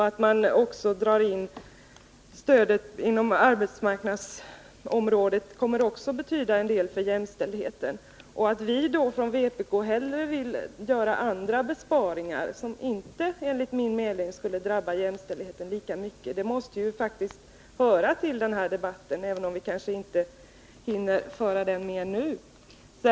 Att man drar in på stödet inom arbetsmarknadsområdet kommer också att betyda en del för jämställdheten. Att vi från vpk hellre vill göra andra besparingar, som enligt min mening inte skulle drabba jämställdheten lika mycket, måste ju faktiskt höra till den här debatten, även om vi kanske inte hinner föra den mer nu.